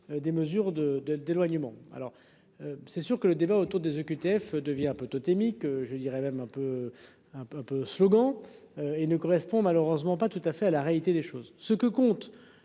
des mesures de de d'éloignement alors. C'est sûr que le débat autour des OQTF devient un peu totémique je dirais même un peu un peu un peu slogans. Et ne correspond malheureusement pas tout à fait à la réalité des choses, ce que compte